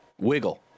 Wiggle